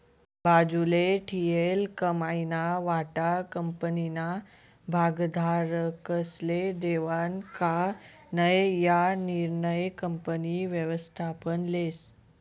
बाजूले ठीयेल कमाईना वाटा कंपनीना भागधारकस्ले देवानं का नै याना निर्णय कंपनी व्ययस्थापन लेस